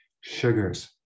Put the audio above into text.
sugars